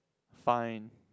fine